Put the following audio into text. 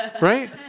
right